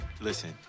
listen